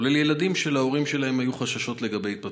כולל ילדים שלהורים שלהם היו חששות לגבי התפתחותם.